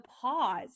pause